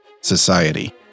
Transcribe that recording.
society